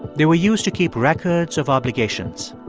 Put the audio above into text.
they were used to keep records of obligations.